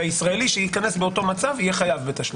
והישראלי שייכנס באותו מצב יהיה חייב בתשלום.